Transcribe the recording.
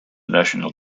national